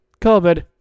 COVID